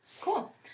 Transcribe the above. Cool